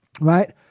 right